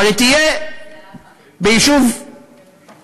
אבל היא תהיה ביישוב ערבי.